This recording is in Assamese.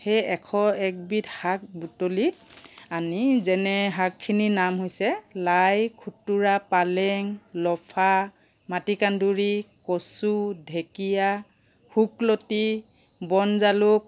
সেই এশ একবিধ শাক বুটলি আনি যেনে শাকখিনি নাম হৈছে লাই খুতুৰা পালেং লফা মাটি কান্দুৰী কচু ঢেকিয়া শুকলতি বনজালুক